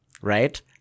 right